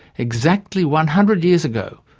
exactly one hundred years ago,